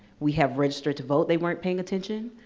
we have registered to vote. they weren't paying attention.